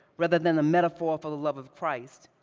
rather than the metaphor for the love of christ,